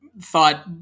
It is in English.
thought